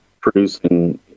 producing